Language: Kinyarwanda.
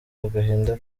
agahinda